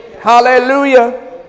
Hallelujah